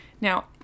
Now